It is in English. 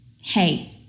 hey